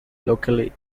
locally